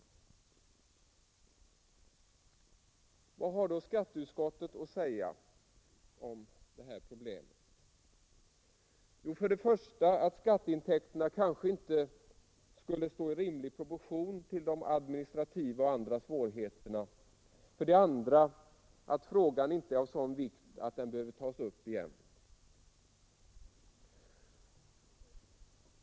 Vad har då skatteutskottet att säga om detta problem? Jo, för det första att skatteintäkterna kanske inte står i rimlig proportion till de administrativa och andra svårigheterna. För det andra att frågan inte är av sådan vikt att den behöver tas upp igen.